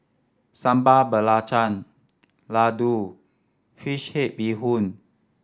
Sambal Belacan laddu fish head bee hoon